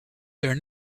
there